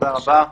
תודה רבה.